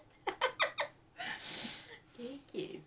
me and my western pop culture